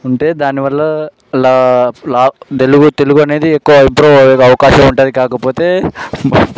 ఉంటే దానివల్ల లా తెలుగు తెలుగు అనేది ఎక్కువ ఇంప్రూవ్ అయ్యే అవకాశం ఉంటుంది కాకపోతే